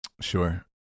Sure